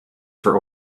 for